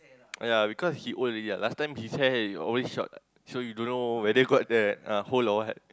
yea because he old already what last time his hair always short what so you don't know whether got that hole or what